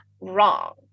wrong